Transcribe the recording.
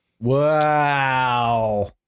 Wow